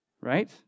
Right